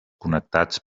connectats